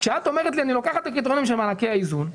כשאת אומרת שאת לוקחת את הקריטריונים של מענקי האיזון,